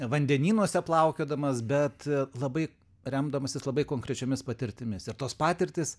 vandenynuose plaukiodamas bet labai remdamasis labai konkrečiomis patirtimis ir tos patirtys